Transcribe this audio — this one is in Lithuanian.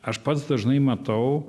aš pats dažnai matau